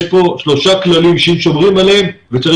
יש כאן שלושה כללים שצריך לשמור עליהם,